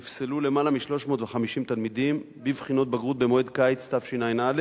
נפסלו למעלה מ-350 תלמידים בבחינות בגרות במועד קיץ תשע"א.